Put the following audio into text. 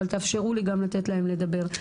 אבל תאפשרו לי לתת להם לדבר.